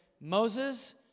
Moses